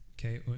okay